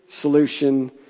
solution